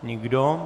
Nikdo.